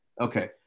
Okay